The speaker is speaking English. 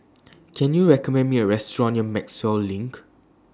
Can YOU recommend Me A Restaurant near Maxwell LINK